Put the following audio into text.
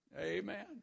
Amen